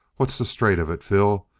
what's the straight of it, phil?